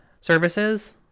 services